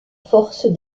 force